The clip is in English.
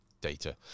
data